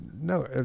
No